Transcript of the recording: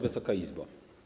Wysoka Izbo!